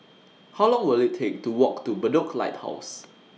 How Long Will IT Take to Walk to Bedok Lighthouse